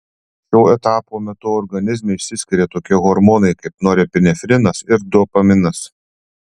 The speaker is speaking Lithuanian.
šio etapo metu organizme išsiskiria tokie hormonai kaip norepinefrinas ir dopaminas